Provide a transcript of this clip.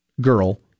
girl